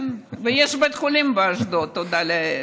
כן, ויש בית חולים באשדוד, תודה לאל.